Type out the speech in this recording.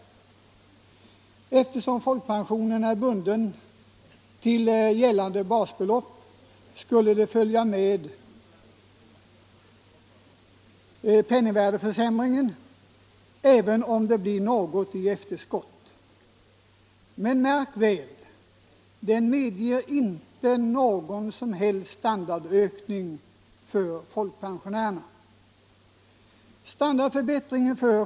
Eftersom folkpensionen är bunden till gällande basbelopp skall standardtilläggen följa med penningvärdeförsämringen, även om det blir något i efterskott. Men märk väl: den medger inte någon som helst standardökning för folkpensionärerna!